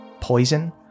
Poison